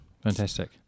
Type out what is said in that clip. fantastic